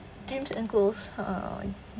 dreams and goals !huh!